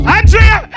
Andrea